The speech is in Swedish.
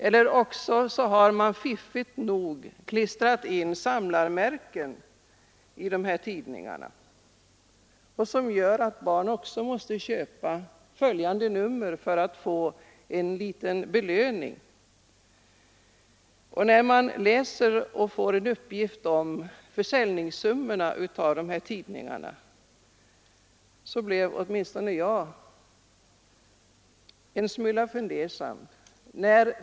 Eller också har man fiffigt nog samlarmärken i tidningarna, vilket gör att barnen måste köpa även följande nummer för att få en liten belöning. Uppgifterna om dessa tidningars försäljningssummor har gjort åtminstone mig en smula fundersam.